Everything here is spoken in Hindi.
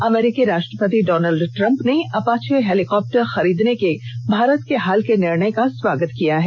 अमरीकी राष्ट्रपति डॉनल्ड ट्रम्प ने अपाचे हेलिकाप्टर खरीदने के भारत के हाल के निर्णय का स्वागत किया है